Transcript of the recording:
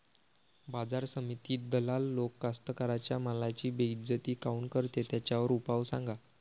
बाजार समितीत दलाल लोक कास्ताकाराच्या मालाची बेइज्जती काऊन करते? त्याच्यावर उपाव सांगा